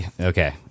Okay